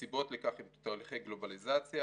הסיבות לכך הן: תהליכי גלובליזציה